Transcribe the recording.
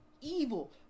evil